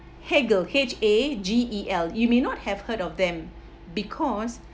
hagel H_A_G_E_L you may not have heard of them because